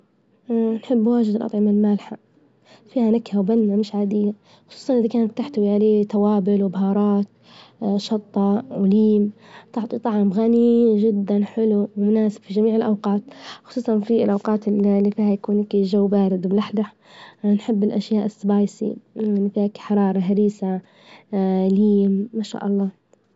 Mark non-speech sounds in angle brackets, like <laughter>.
<hesitation> نحب واجد الاطعمة المالحة، فيها نكهة وبنا مش عادية، خصوصا إذا كانت تحتوي عليها توابل وبهارات، <hesitation> شطة، وليم تعطي طعم غني جدا حلو ومناسب لجميع الاوقات، خصوصا في الأوقات إللي فيها يكون هكى جو بارد، أنا نحب الأشياء السبايسي فيها هكي حرارة هريسة <hesitation> ليم، ما شاء الله.